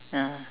ah